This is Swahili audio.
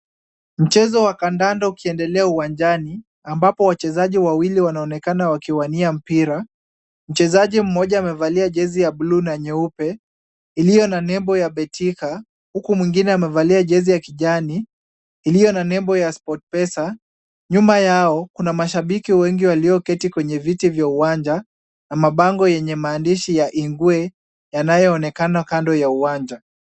Mchezo wa kandanda ukiendelea uwanjani, ambapo wachezaji wawili wanaonekana wakiwania mpira. Mchezaji mmoja amevalia jezi ya buluu na nyeupe iliyo na nembo ya betika , huku mwingine amevalia jezi ya kijani iliyo na nembo ya sportpesa . Nyuma yao, kuna mashabiki wengi walioketi kwenye viti vya uwanja, na mabango yenye maandishi ya Igwe yanayoonekana kando ya uwanja.